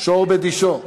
שור בדישו.